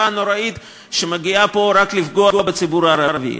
הנוראית שמגיעה פה רק לפגוע בציבור הערבי.